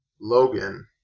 Logan